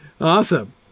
awesome